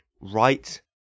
right